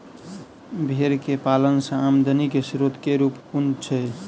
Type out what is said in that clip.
भेंर केँ पालन सँ आमदनी केँ स्रोत केँ रूप कुन छैय?